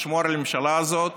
לשמור על הממשלה הזאת